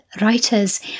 writers